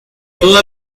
todas